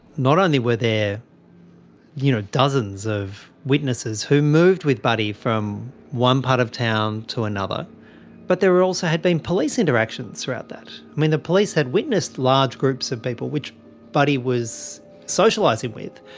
not only were there you know dozens of witnesses who moved with buddy from one part of town to another but there also had been police interactions throughout that. i mean the police had witnessed large groups of people, which buddy was socialising with,